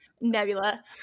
Nebula